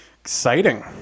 Exciting